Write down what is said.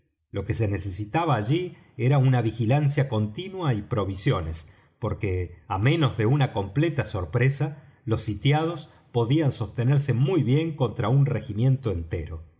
lo que se necesitaba allí era una vigilancia continua y provisiones porque á menos de una completa sorpresa los sitiados podían sostenerse muy bien contra un regimiento entero